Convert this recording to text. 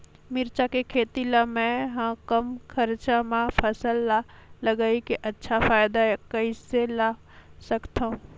मिरचा के खेती ला मै ह कम खरचा मा फसल ला लगई के अच्छा फायदा कइसे ला सकथव?